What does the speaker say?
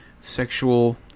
sexual